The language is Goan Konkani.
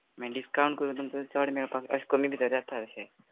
माय डिसकावण करून तुमचें चड मेळपाक अश कमी भित जाता अशें